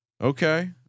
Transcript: Okay